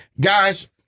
guys